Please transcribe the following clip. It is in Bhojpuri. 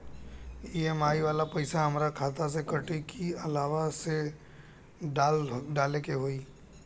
ई.एम.आई वाला पैसा हाम्रा खाता से कटी की अलावा से डाले के होई?